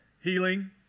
healing